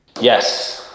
Yes